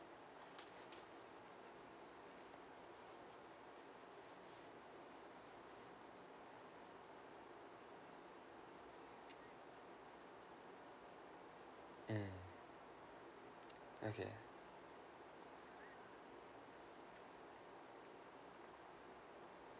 mm okay